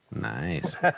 Nice